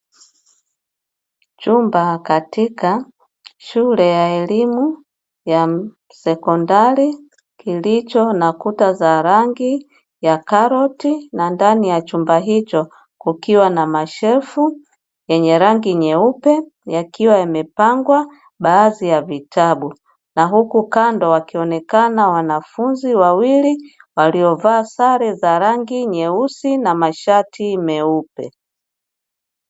Chumba katika shule ya elimu ya sekondari, kilicho na kuta za rangi ya karoti, na ndani ya chumba hicho kukiwa na mashelfu yenye rangi nyeupe yakiwa yamepangwa baadhi ya vitabu, na huku kando wakionekana wanafunzi wawili waliovaa sare za rangi nyeusi na mashati meupe.